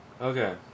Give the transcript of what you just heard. Okay